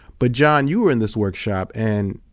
but john, you were in this workshop and